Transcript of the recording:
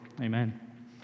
Amen